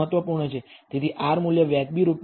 તેથી r મૂલ્ય વ્યાજબી રૂપે 0